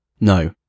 No